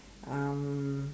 um